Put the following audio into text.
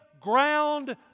ground